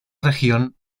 región